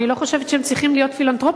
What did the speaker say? אני לא חושבת שהם צריכים להיות פילנתרופים,